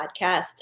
podcast